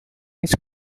his